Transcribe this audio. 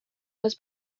was